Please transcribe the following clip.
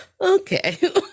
Okay